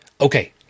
Okay